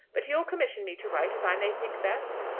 but you'll commission me to write as i may think best?